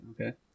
Okay